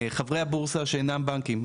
חברי הבורסה שאינם בנקים,